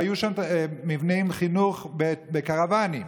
והיו שם מבני חינוך בקרוונים.